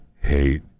hate